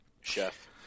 Chef